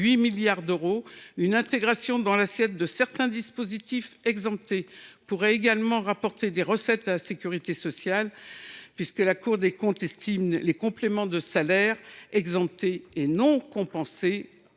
8 milliards d’euros. Une intégration dans l’assiette de certains dispositifs exemptés de cotisations pourrait également rapporter des recettes à la sécurité sociale, puisque la Cour des comptes estime que les compléments de salaires exemptés et non compensés